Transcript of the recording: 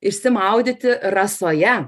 išsimaudyti rasoje